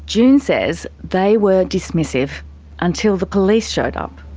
june says they were dismissive until the police showed up.